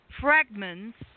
fragments